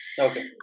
okay